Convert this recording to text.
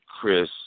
Chris